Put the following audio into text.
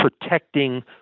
protecting